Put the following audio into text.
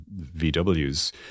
VW's